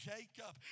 Jacob